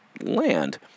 land